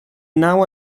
now